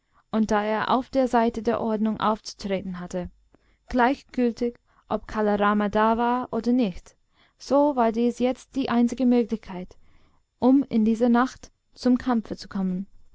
und da er auf der seite der ordnung aufzutreten hatte gleichgültig ob kala rama da war oder nicht so war dies jetzt die einzige möglichkeit um in dieser nacht zum kampfe zu kommen